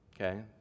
Okay